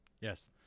Yes